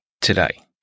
today